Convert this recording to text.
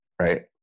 right